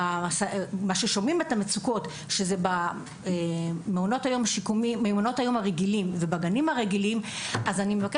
כמו בגנים הרגילים ובמעונות הרגילים ממה